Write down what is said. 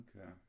Okay